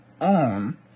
on